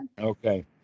Okay